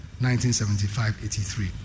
1975-83